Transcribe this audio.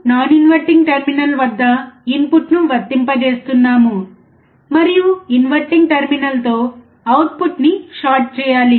మనము non inverting terminal వద్ద ఇన్పుట్ను వర్తింపజేస్తున్నాము మరియు ఇన్వర్టింగ్ టెర్మినల్తో అవుట్పుట్ను షార్ట్ చేయాలి